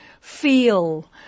feel